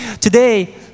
Today